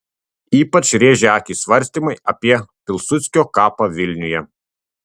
ypač rėžia akį svarstymai apie pilsudskio kapą vilniuje